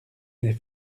n’est